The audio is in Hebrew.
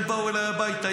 הם באו אליי הביתה,